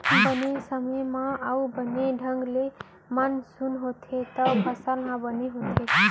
बने समे म अउ बने ढंग ले मानसून होथे तव फसल ह बने होथे